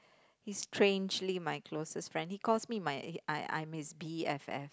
he's strangely my closest friend he calls me my I I'm his B_F_F